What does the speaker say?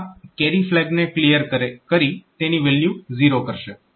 આ carry flag ને clear કરી તેની વેલ્યુ 0 કરશે